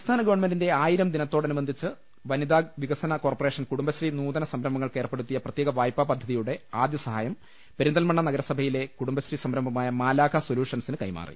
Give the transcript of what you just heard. സംസ്ഥാന ഗവൺമെന്റിന്റെ ആയിരം ദിനത്തോടനു ബന്ധിച്ച് വനിതാ വികസന കോർപറേഷൻ കുടുംബശ്രീ നൂതന സംരംഭങ്ങൾക്ക് ഏർപ്പെടുത്തിയ പ്രത്യേക വായ്പാ പദ്ധതിയുടെ ആദ്യ സഹായം പെരിന്തൽമണ്ണ നഗരസഭയിലെ കുടുംബശ്രീ സംരംഭമായ മാലാഖ സൊലൂഷൻസിന് കൈമാറി